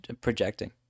projecting